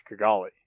Kigali